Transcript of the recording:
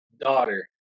daughter